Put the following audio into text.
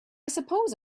suppose